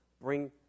bring